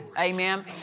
Amen